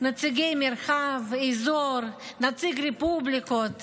נציגי מרחב, אזור, נציגי רפובליקות.